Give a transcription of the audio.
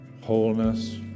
wholeness